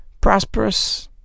Prosperous